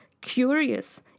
curious